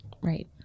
Right